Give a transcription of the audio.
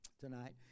tonight